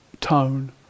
tone